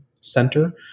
Center